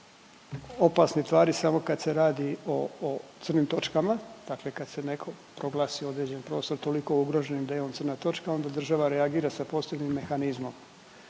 opasnih tvari samo kad se radi o crnim točkama, dakle kad se neko proglasi određen prostor toliko ugrožen da imamo crne točke, onda država reagira sa posebnim mehanizmom.